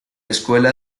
escuela